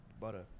butter